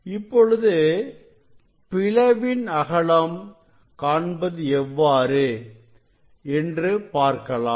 இப்பொழுது பிளவின் அகலம் காண்பது எவ்வாறு என்று பார்க்கலாம்